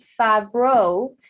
Favreau